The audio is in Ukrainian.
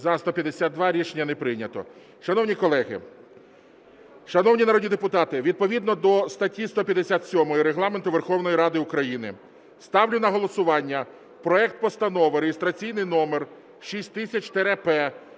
За-152 Рішення не прийнято. Шановні колеги, шановні народні депутати, відповідно до статті 157 Регламенту Верховної Ради України ставлю на голосування проект Постанови (реєстраційний номер 6000-П)